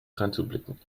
dreinzublicken